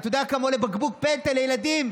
אתה יודע כמה עולה בקבוק פטל לילדים,